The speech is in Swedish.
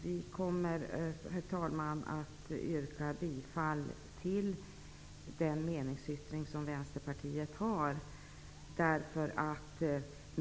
Vi kommer att yrka bifall till den meningsyttring som Vänsterpartiet har.